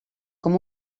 com